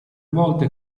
volte